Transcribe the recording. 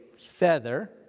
feather